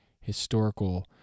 historical